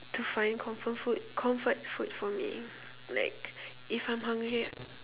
to find comfort food comfort food for me like if I'm hungry